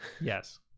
Yes